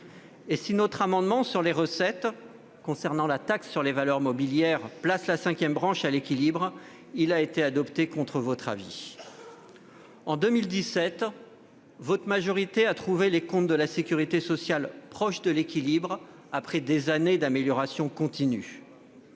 Et si notre amendement sur les recettes, concernant la taxe sur les valeurs mobilières, place la cinquième branche à l'équilibre, il a été adopté contre votre avis. En 2017, votre majorité a trouvé les comptes de la sécurité sociale proches de l'équilibre, après des années d'amélioration continue.